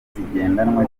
zigendanwa